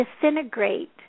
disintegrate